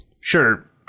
sure